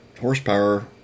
horsepower